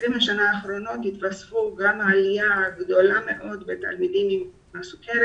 ב-20 השנים האחרונות הייתה עלייה גדולה מאוד במספר התלמידים עם סוכרת.